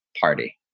party